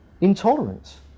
intolerance